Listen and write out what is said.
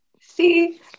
see